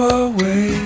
away